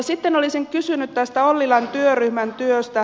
sitten olisin kysynyt ollilan työryhmän työstä